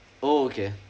oh okay